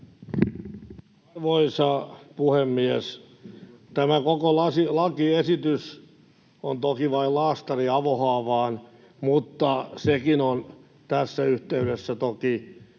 Arvoisa puhemies! Tämä koko lakiesitys on toki vain laastari avohaavaan, mutta sekin on tässä yhteydessä toki